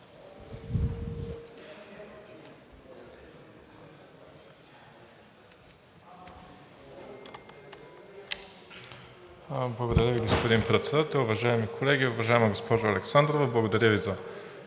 Благодаря Ви, господин Председател. Уважаеми колеги! Уважаема госпожо Александрова, благодаря Ви за